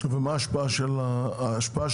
ומה ההשפעה של הקורונה?